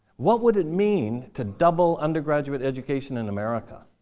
what would it mean to double undergraduate education in america?